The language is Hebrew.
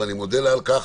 ואני מודה לה על כך,